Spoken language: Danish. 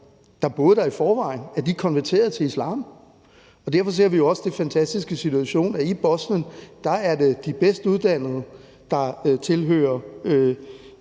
der boede der i forvejen, konverterede til islam. Og derfor ser vi jo også den fantastiske situation, at det i Bosnien var de bedst uddannede, der i